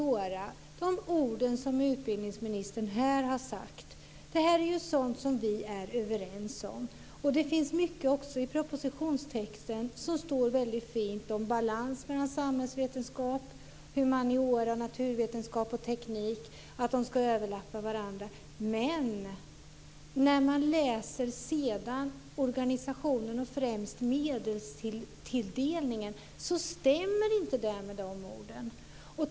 De ord som utbildningsministern här har sagt om humaniora är sådant vi är överens om. Det står också mycket fint i propositionstexten om balans mellan samhällsvetenskap, humaniora, naturvetenskap och teknik. De ska överlappa varandra. Men när man sedan läser om organisationen och främst medelstilldelningen stämmer det inte med de orden.